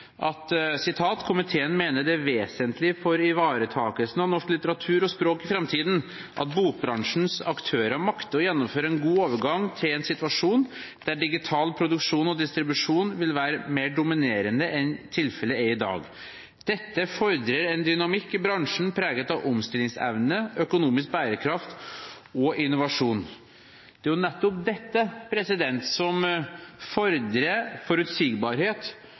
mener det er vesentlig for ivaretagelsen av norsk litteratur og språk i fremtiden at bokbransjens aktører makter å gjennomføre en god overgang til en situasjon der digital produksjon og distribusjon vil være mer dominerende enn tilfellet er i dag. Dette fordrer en dynamikk i bransjen preget av omstillingsevne, økonomisk bærekraft og innovasjon.» Det er jo nettopp dette som fordrer forutsigbarhet